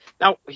now